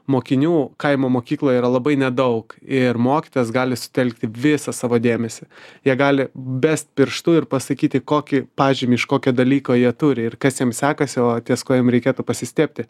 mokinių kaimo mokykloje yra labai nedaug ir mokytojas gali sutelkti visą savo dėmesį jie gali best pirštu ir pasakyti kokį pažymį iš kokio dalyko jie turi ir kas jiem sekasi o ties kuo jiem reikėtų pasistiebti